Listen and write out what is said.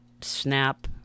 snap